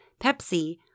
Pepsi